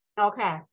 Okay